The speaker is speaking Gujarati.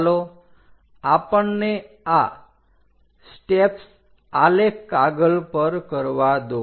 ચાલો આપણને આ સ્ટેપ્સ આલેખ કાગળ પર કરવા દો